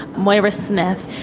moira smith,